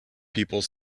people